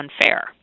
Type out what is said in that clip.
unfair